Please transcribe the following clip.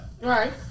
Right